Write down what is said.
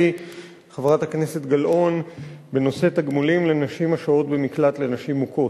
חברת הכנסת גלאון בנושא תגמולים לנשים השוהות במקלט לנשים מוכות.